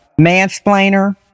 mansplainer